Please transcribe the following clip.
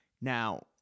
Now